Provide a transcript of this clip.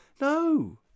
no